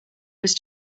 was